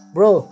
Bro